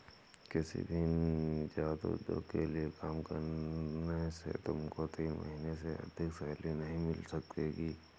किसी भी नीजात उद्योग के लिए काम करने से तुमको तीन महीने से अधिक सैलरी नहीं मिल सकेगी